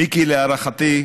מיקי, להערכתי,